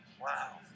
Wow